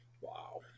Wow